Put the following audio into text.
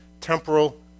temporal